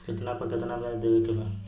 कितना पे कितना व्याज देवे के बा?